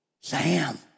Sam